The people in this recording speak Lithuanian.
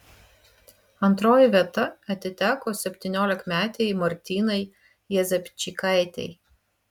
antroji vieta atiteko septyniolikmetei martynai jezepčikaitei